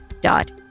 dot